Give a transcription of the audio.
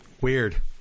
Weird